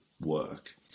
work